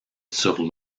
sur